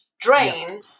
drain